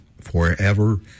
forever